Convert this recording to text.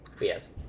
Yes